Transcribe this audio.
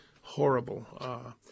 horrible